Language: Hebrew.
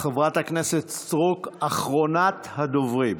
חברת הכנסת סטרוק, אחרונת הדוברים.